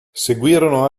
seguirono